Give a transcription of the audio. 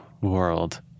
world